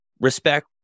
Respect